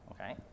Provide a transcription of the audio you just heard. okay